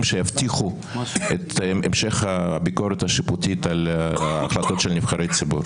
שיבטיחו את המשך הביקורת השיפוטית על החלטות של נבחרי ציבור.